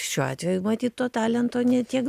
šiuo atveju matyt to talento ne tiek